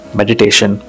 meditation